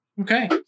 okay